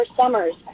summers